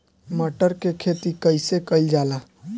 मटर के खेती कइसे कइल जाला?